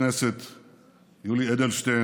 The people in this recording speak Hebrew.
אתה נכנס ליישובים האלה,